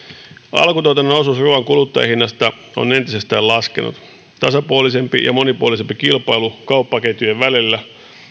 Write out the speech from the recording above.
alkutuotannon osuus ruoan kuluttajahinnasta on entisestään laskenut tasapuolisempi ja monipuolisempi kilpailu kauppaketjujen välillä